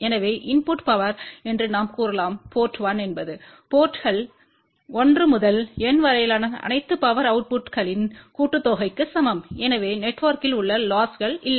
எனவே input power என்று நாம் கூறலாம் போர்ட் 1 என்பது போர்ட்ங்கள் 1 முதல் N வரையிலான அனைத்து பவர் அவுட்புட்களின் கூட்டுத்தொகைக்கு சமம் எனவே நெட்வொர்க்கில் உள்ள லொஸ்கள் இல்லை